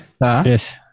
Yes